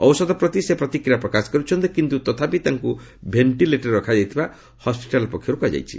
ଔଷଧ ପ୍ରତି ସେ ପ୍ରତ୍ରିକିୟା ପ୍ରକାଶ କରୁଛନ୍ତି କିନ୍ତୁ ତଥାପି ତାଙ୍କୁ ଭେଷ୍ଟିଲେଟର୍ରେ ରଖାଯାଇଥିବା ହସ୍କିଟାଲ୍ ପକ୍ଷରୁ କୁହାଯାଇଛି